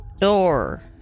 door